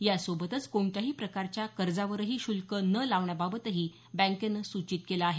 यासोबतच कोणत्याही प्रकारच्या कर्जावरही श्रल्क न लावण्याबाबतही बँकेनं सूचित केलं आहे